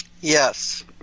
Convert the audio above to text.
Yes